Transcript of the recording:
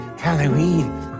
Halloween